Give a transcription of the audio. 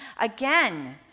Again